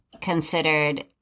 considered